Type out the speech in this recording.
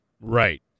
Right